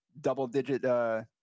double-digit